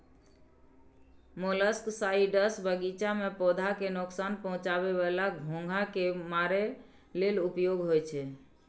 molluscicides बगीचा मे पौधा कें नोकसान पहुंचाबै बला घोंघा कें मारै लेल उपयोग होइ छै